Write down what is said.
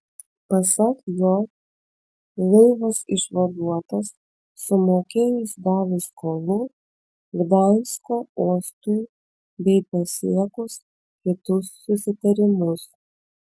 pasak jo laivas išvaduotas sumokėjus dalį skolų gdansko uostui bei pasiekus kitus susitarimus